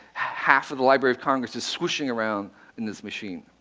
half of the library of congress is swooshing around in this machine.